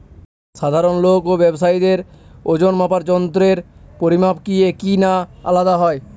সাধারণ লোক ও ব্যাবসায়ীদের ওজনমাপার যন্ত্রের পরিমাপ কি একই না আলাদা হয়?